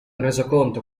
resoconto